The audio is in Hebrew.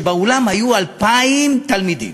ובאולם היום 2,000 תלמידים.